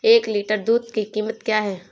एक लीटर दूध की कीमत क्या है?